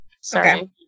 Sorry